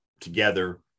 together